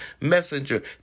Messenger